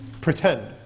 pretend